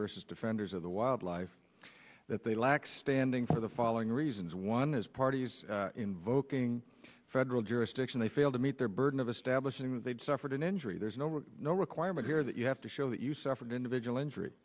versus defenders of the wildlife that they lack standing for the following reasons one as parties invoking federal jurisdiction they failed to meet their burden of establishing that they suffered an injury there's no or no requirement here that you have to show that you suffered individual injury